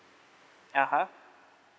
ah ha